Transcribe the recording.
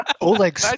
Oleg